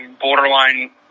borderline